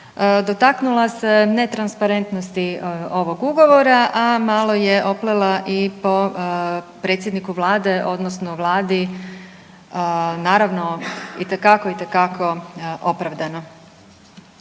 Dotakla se netransparentnosti ovog ugovora, a malo je i oplela po predsjedniku Vlade, odnosno Vladi, naravno itekako, itekako opravdano.